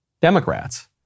Democrats